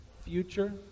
future